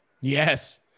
Yes